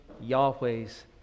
Yahweh's